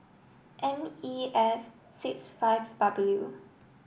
M E F six five W